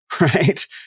right